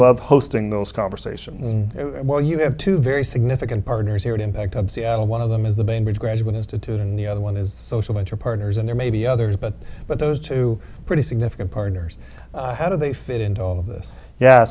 love hosting those conversations well you have two very significant partners here and in fact of seattle one of them is the bainbridge graduate institute and the other one is social mentor partners and there may be others but but those two pretty significant partners how do they fit into all of this yeah